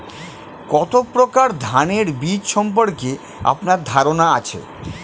কত প্রকার ধানের বীজ সম্পর্কে আপনার ধারণা আছে?